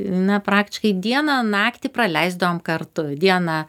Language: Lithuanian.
na praktiškai dieną naktį praleisdavom kartu dieną